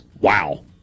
Wow